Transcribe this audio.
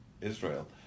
Israel